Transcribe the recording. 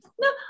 no